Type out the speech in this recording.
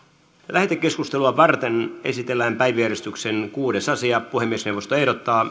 lähetekeskustelua varten esitellään päiväjärjestyksen kuudes asia puhemiesneuvosto ehdottaa